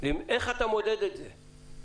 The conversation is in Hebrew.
איך אתה מודד את זה?